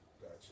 Gotcha